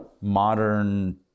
modern